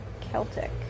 Celtic